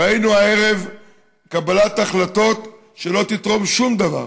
ראינו הערב קבלת החלטות שלא תתרום שום דבר.